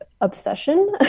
obsession